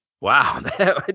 Wow